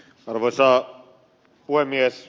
arvoisa puhemies